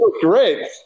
Great